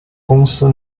公司